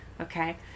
Okay